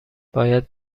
باید